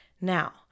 Now